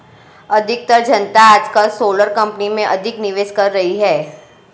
अधिकतर जनता आजकल सोलर कंपनी में अधिक निवेश कर रही है